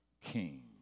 king